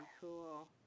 cool